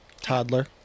Toddler